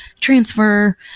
transfer